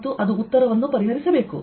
ಮತ್ತು ಅದು ಉತ್ತರವನ್ನು ಪರಿಹರಿಸಬೇಕು